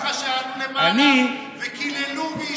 אתה זוכר את כל החברים שלך שעלו למעלה וקיללו והשמיצו?